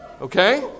Okay